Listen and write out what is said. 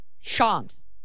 Shams